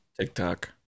TikTok